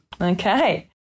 Okay